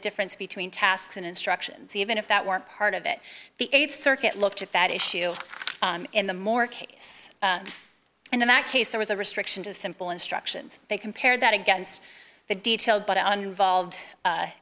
difference between tasks and instructions even if that weren't part of it the th circuit looked at that issue in the more case and in that case there was a restriction to simple instructions they compared that against the detail